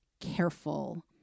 careful